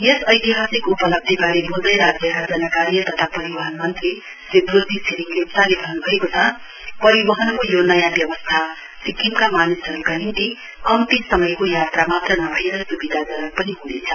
यस ऐतिहासिक उपलब्धिबारे बोल्दै राज्यका जनकार्य तथा परिवहन मन्त्री श्री दोर्जी छिरिङ लेप्चाले भन्न् भएको छ परिवहनको यो नयाँ व्यवस्था सिक्किमका मानिसहरूका निम्ति कम्ति समयको यात्रा मात्र नभएर स्विधाजनक पनि हनेछ